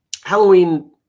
Halloween